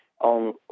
on